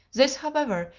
this, however,